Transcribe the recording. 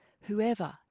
whoever